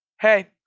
Hey